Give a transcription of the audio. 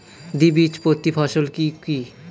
দ্বিবীজপত্রী ফসল কি কি?